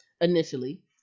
initially